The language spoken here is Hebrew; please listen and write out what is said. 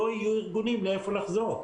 לא יהיו ארגונים לחזור אליהם.